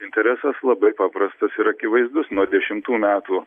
interesas labai paprastas ir akivaizdus nuo dešimtų metų